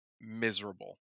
miserable